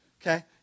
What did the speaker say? Okay